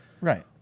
right